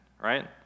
right